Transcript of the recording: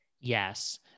Yes